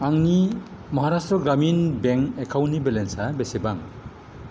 आंनि महाराष्ट्र ग्रामिन बेंक एकाउन्टनि बेलेन्सा बेसेबां